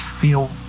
Feel